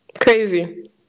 crazy